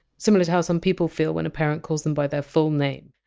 similar to how some people feel when a parent calls them by their full name.